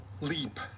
Leap